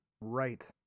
Right